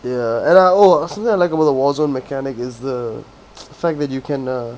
ya and I !whoa! something I like about the warzone mechanic is the fact that you can uh